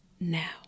Now